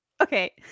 okay